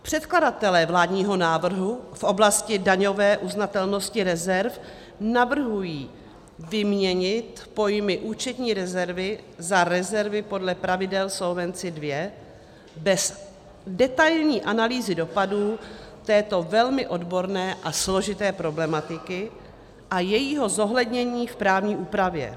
Předkladatelé vládního návrhu v oblasti daňové uznatelnosti rezerv navrhují vyměnit pojmy účetní rezervy za rezervy podle pravidel Solvency II bez detailní analýzy dopadů této velmi odborné a složité problematiky a jejího zohlednění v právní úpravě.